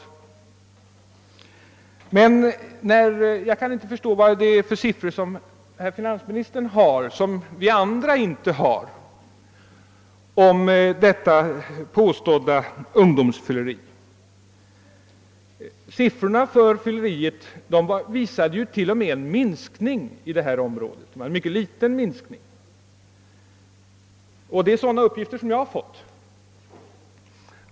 Men jag kan inte förstå vad det är för siffror som finansministern har men som vi andra inte har om detta påstådda ungdomsfylleri. Enligt uppgifter som jag har fått visade siffrorna för fylleriet inom ifrågavarande område t.o.m. på en minskning — den var dock mycket liten.